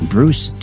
Bruce